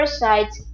sides